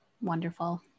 wonderful